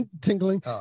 tingling